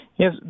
Yes